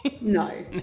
no